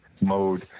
mode